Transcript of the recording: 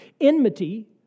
Enmity